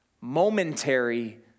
momentary